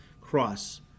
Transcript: cross